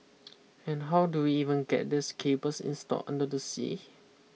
and how do we even get these cables install under the sea